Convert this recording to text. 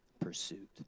pursuit